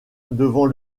devant